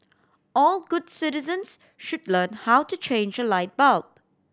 all good citizens should learn how to change a light bulb